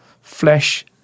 flesh